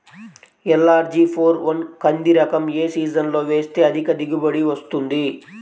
LRG four one కంది రకం ఏ సీజన్లో వేస్తె అధిక దిగుబడి వస్తుంది?